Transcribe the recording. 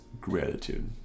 gratitude